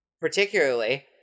particularly